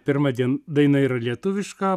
pirma dien daina yra lietuviška